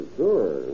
sure